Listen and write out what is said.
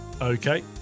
Okay